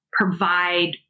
provide